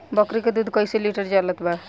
बकरी के दूध कइसे लिटर चलत बा?